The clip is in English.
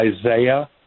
Isaiah